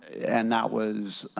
and that was